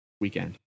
weekend